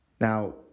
Now